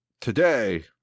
today